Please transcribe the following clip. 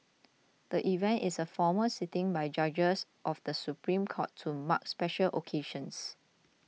the event is a formal sitting by judges of the Supreme Court to mark special occasions